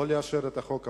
שלא לאשר את חוק הבצורת.